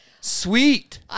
Sweet